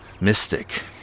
mystic